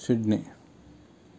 Sydney